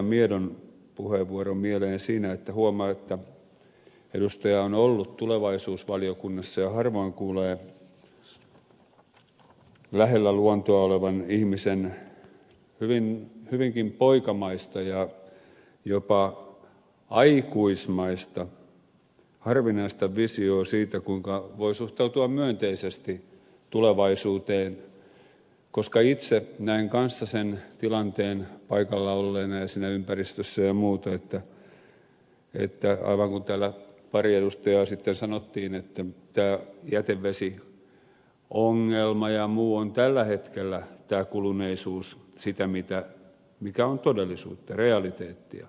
miedon puheenvuoro mieleen siinä että huomaa että edustaja on ollut tulevaisuusvaliokunnassa ja harvoin kuulee lähellä luontoa olevan ihmisen hyvinkin poikamaista ja jopa aikuismaista harvinaista visiota siitä kuinka voi suhtautua myönteisesti tulevaisuuteen koska itse näen myös sen tilanteen paikalla olleena ja siinä ympäristössä ja muuten aivan kuten täällä pari edustajaa sanoi että tämä jätevesiongelma ja muu on tällä hetkellä kuluneisuus sitä mikä on todellisuutta realiteettia